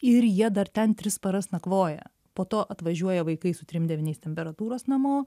ir jie dar ten tris paras nakvoja po to atvažiuoja vaikai su trim devyniais temperatūros namo